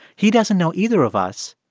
he doesn't know either of us,